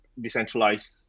decentralized